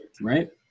right